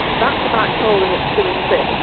that's a black hole and it's doing this,